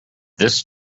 this